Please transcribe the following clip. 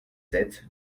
sept